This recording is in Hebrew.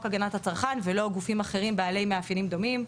הגנת הצרכן ולא גופים אחרים בעלי מאפיינים דומים?